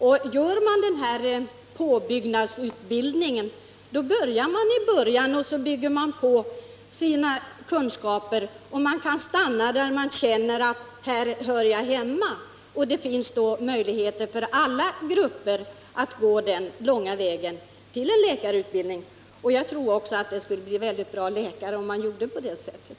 Om vi har den här påbyggnadsutbildningen börjar man från början och bygger på sina kunskaper, och man kan stanna där man känner att man hör hemma. Det finns då möjligheter för alla grupper att gå den långa vägen till en läkarutbildning. Jag tror också att det skulle bli väldigt bra läkare, om man gjorde på det sättet.